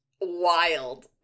wild